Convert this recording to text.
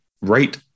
right